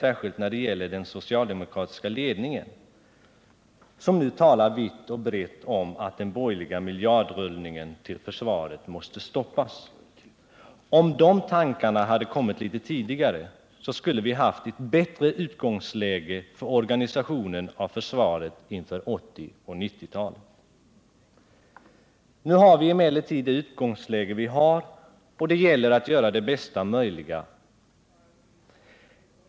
Det gäller särskilt den socialdemokratiska ledningen, som nu talar vitt och brett om att den borgerliga miljardrullningen till försvaret måste stoppas. Om de tankarna hade kommit litet tidigare skulle vi ha haft ett bättre utgångsläge för organisationen av försvaret inför 1980 och 1990-talet. Nu har vi emellertid det utgångsläge vi har, och det gäller att göra det bästa möjliga.